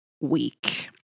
week